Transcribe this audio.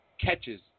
catches